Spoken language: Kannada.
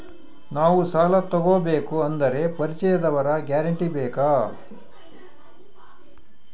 ನಾವು ಸಾಲ ತೋಗಬೇಕು ಅಂದರೆ ಪರಿಚಯದವರ ಗ್ಯಾರಂಟಿ ಬೇಕಾ?